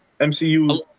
MCU